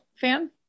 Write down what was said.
fan